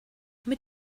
mit